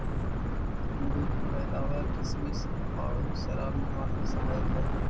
अंगूर के पैदावार किसमिस आउ शराब निर्माण में सहायक हइ